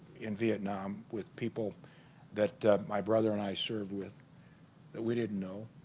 in vietnam with people that my brother and i served with that we didn't know.